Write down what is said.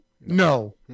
No